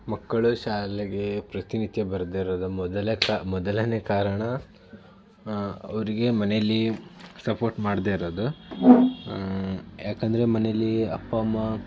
ಮಕ್ಕಳು ಶಾಲೆಗೆ ಪ್ರತಿನಿತ್ಯ ಬರದೇ ಇರಲು ಮೊದಲ ಕಾ ಮೊದಲನೇ ಕಾರಣ ಅವರಿಗೆ ಮನೆಯಲ್ಲಿ ಸಪೋರ್ಟ್ ಮಾಡದೇ ಇರೋದು ಯಾಕಂದರೆ ಮನೆಯಲ್ಲಿ ಅಪ್ಪ ಅಮ್ಮ